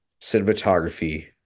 cinematography